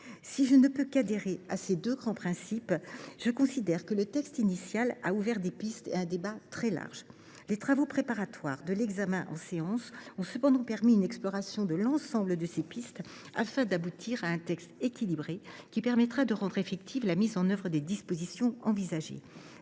Je ne peux qu’adhérer à ces deux grands principes ; je considère que le texte initial a ouvert des pistes et suscité un débat très large. Les travaux préparatoires de l’examen en séance ont cependant permis une exploration de l’ensemble de ces pistes, qui nous permettra d’aboutir à un texte équilibré rendant effective la mise en œuvre des dispositions envisagées.